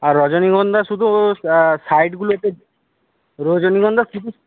আর রজনী গন্ধা শুধু সাইডগুলাতে রজনীগন্ধা শুধু